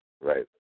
Right